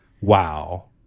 wow